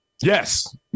Yes